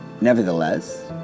Nevertheless